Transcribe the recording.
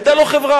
היתה לו חברה.